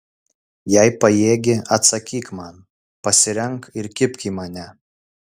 jei pajėgi atsakyk man pasirenk ir kibk į mane